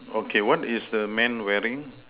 okay what is the man wearing